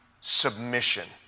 submission